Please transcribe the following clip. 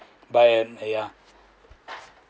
but mm yeah